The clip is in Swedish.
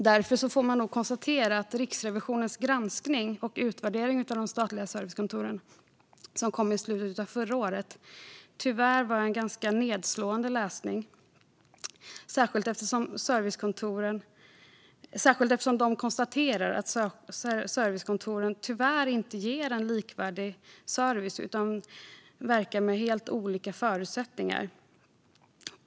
Samtidigt får man konstatera att Riksrevisionens granskning och utvärdering av de statliga servicekontoren, som kom i slutet av förra året, tyvärr var ganska nedslående läsning. Riksrevisionen konstaterade nämligen att servicekontoren inte ger likvärdig service utan verkar med helt olika förutsättningar.